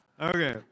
Okay